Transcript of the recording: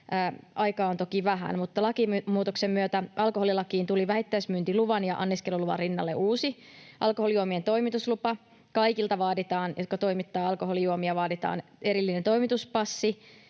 aikaa on toki vähän. Lakimuutoksen myötä alkoholilakiin tuli vähittäismyyntiluvan ja anniskeluluvan rinnalle uusi alkoholijuomien toimituslupa. Kaikilta, jotka toimittavat alkoholijuomia, vaaditaan erillinen toimituspassi.